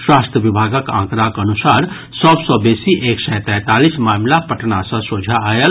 स्वास्थ्य विभागक आंकड़ाक अनुसार सभ सँ बेसी एक सय तैंतालीस मामिला पटना सँ सोझा आयल